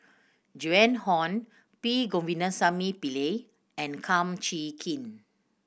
Joan Hon P Govindasamy Pillai and Kum Chee Kin